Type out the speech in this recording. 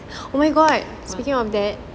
what